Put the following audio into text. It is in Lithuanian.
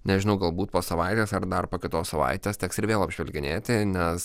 nežinau galbūt po savaitės ar dar po kitos savaitės teks ir vėl apžvelginėti nes